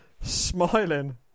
Smiling